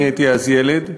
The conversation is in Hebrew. אני הייתי אז ילד,